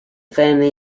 family